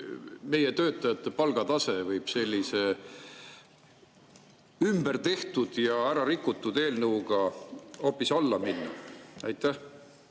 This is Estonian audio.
meie töötajate palgatase võib sellise ümbertehtud ja ärarikutud eelnõuga hoopis alla minna? Aitäh,